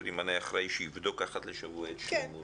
ימנה אחראי שיבדוק אחת לשבוע את שלמות המכשיר.